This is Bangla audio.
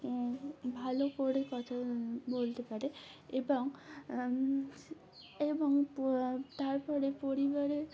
ভালো করে কথা বলতে পারে এবং এবং তারপরে পরিবারের